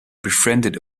befriended